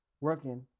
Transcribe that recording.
working